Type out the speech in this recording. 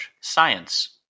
Science